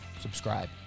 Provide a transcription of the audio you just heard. subscribe